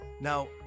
Now